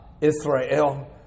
Israel